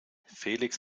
felix